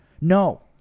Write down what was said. No